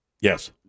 Yes